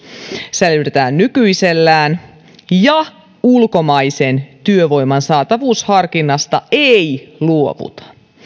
säilytetään nykyisellään ulkomaisen työvoiman saatavuusharkinnasta ei luovuta